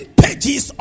pages